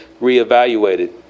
reevaluated